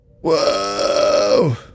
Whoa